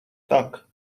tak